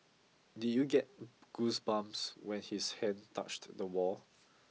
did you get goosebumps when his hand touched the wall